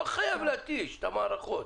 לא חייבים להתיש את המערכות.